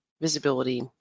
visibility